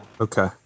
Okay